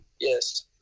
Yes